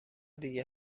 دیگه